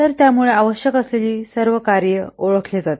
तर त्यामुळे आवश्यक असलेली सर्व कार्ये ओळखते